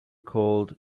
called